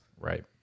Right